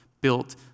built